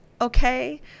okay